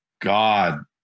God